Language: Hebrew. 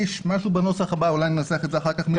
משהו בנוסח הבא, אולי ננסח את זה אחר כך.